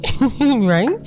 right